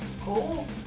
Cool